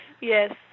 Yes